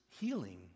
healing